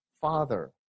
father